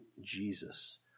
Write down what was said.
Jesus